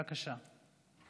בבקשה.